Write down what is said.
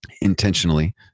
intentionally